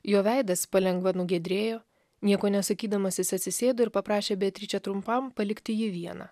jo veidas palengva nugiedrėjo nieko nesakydamas jis atsisėdo ir paprašė beatričę trumpam palikti jį vieną